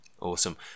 Awesome